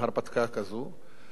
ולכן זו הרפתקה מסוכנת,